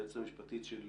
היועצת המשפטית של